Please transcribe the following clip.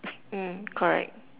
mm correct